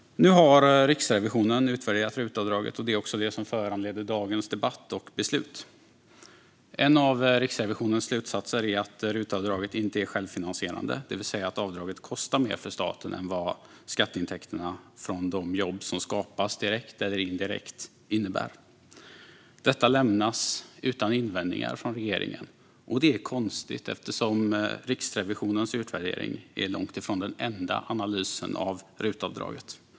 Nu har Riksrevisionen utvärderat RUT-avdraget, och det är också det som föranleder dagens debatt och beslut. En av Riksrevisionens slutsatser är att RUT-avdraget inte är självfinansierande, det vill säga att avdraget kostar mer för staten än vad skatteintäkterna från de jobb som skapas direkt eller indirekt innebär. Detta lämnas utan invändningar från regeringen. Det är konstigt, eftersom Riksrevisionens utvärdering är långt ifrån den enda analysen av RUT-avdraget.